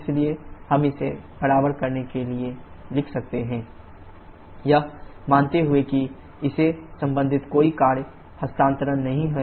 इसलिए हम इसे बराबर करने के लिए लिख सकते हैं qine2 e1 यह मानते हुए कि इससे संबंधित कोई कार्य हस्तांतरण नहीं है